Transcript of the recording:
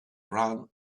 ran